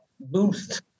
boost